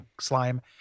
slime